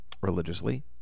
religiously